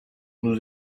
nous